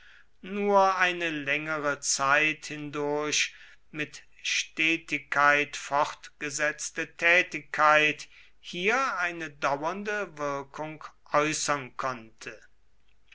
nur eine längere zeit hindurch mit stetigkeit fortgesetzte tätigkeit hier eine dauernde wirkung äußern konnte